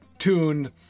Tuned